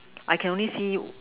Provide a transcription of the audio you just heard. I can only see